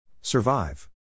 Survive